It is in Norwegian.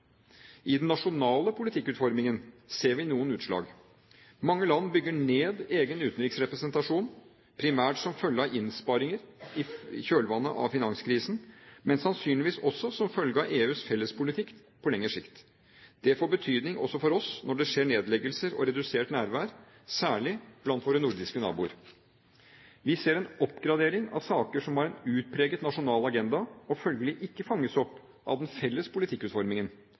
I den nasjonale politikkutformingen ser vi noen utslag: Mange land bygger ned egen utenriksrepresentasjon, primært som følge av innsparinger i kjølvannet av finanskrisen, men sannsynligvis også som følge av EUs fellespolitikk på lengre sikt. Det får betydning også for oss når det skjer nedleggelser og redusert nærvær, særlig blant våre nordiske naboer. Vi ser en oppgradering av saker som har en utpreget nasjonal agenda og følgelig ikke fanges opp av den felles politikkutformingen.